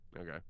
Okay